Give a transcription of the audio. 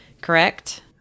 correct